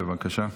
בבקשה.